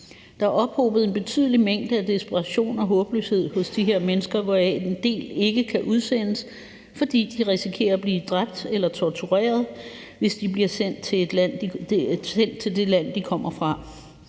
Der har ophobet sig en betydelig mængde af desperation og håbløshed hos de her mennesker, hvoraf en del ikke kan udsendes, fordi de risikerer at blive dræbt eller tortureret, hvis de bliver sendt tilbage til det land, de kommer fra.